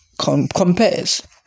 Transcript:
compares